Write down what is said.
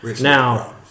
Now